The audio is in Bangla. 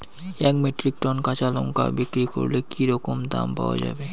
এক মেট্রিক টন কাঁচা লঙ্কা বিক্রি করলে কি রকম দাম পাওয়া যাবে?